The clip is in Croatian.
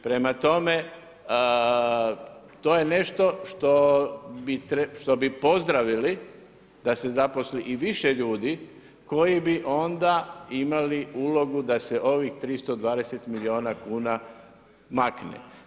Prema tome, to je nešto što bi pozdravili da se zaposli i više ljudi koji bi onda imali ulogu da se ovih 320 milijuna kuna makne.